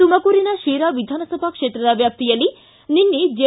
ತುಮಕೂರಿನ ಶಿರಾ ವಿಧಾನಸಭಾ ಕ್ಷೇತ್ರದ ವ್ಯಾಪ್ತಿಯಲ್ಲಿ ನಿನ್ನೆ ಜೆ